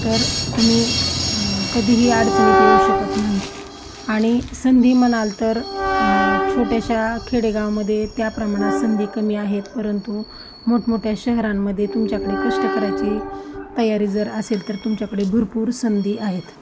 तर तुम्ही कधीही अडचणीत येऊ शकत नाही आणि संधी म्हणाल तर छोट्याशा खेडेगावामध्ये त्या प्रमाणात संधी कमी आहेत परंतु मोठमोठ्या शहरांमध्ये तुमच्याकडे कष्ट करायची तयारी जर असेल तर तुमच्याकडे भरपूर संधी आहेत